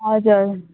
हजुर